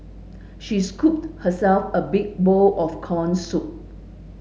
she scooped herself a big bowl of corn soup